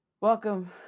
welcome